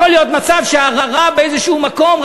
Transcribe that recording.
יכול להיות מצב שהרב באיזה מקום,